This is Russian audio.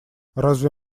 разве